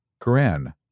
Quran